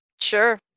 sure